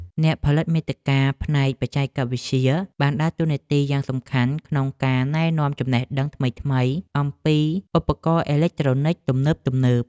អ្នកផលិតមាតិកាផ្នែកបច្ចេកវិទ្យាបានដើរតួនាទីយ៉ាងសំខាន់ក្នុងការណែនាំចំណេះដឹងថ្មីៗអំពីឧបករណ៍អេឡិចត្រូនិកទំនើបៗ។